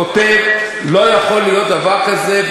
כותב שלא יכול להיות דבר כזה,